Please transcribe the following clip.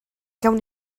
gallwn